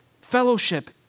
Fellowship